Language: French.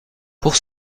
pour